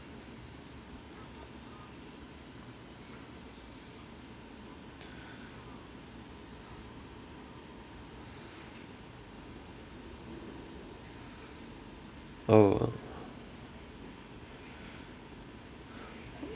oh